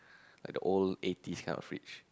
like the old eighties kind of fridge